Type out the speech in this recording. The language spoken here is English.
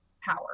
power